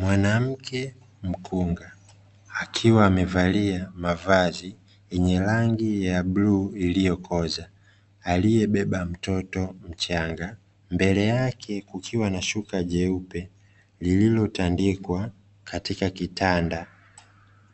Mwanamke mkunga akiwa amevalia mavazi yenye rangi ya bluu iliyokoza aliyebeba mtoto mchanga. Mbele yake kukiwa na shuka jeupe liliotandikwa katika kitanda,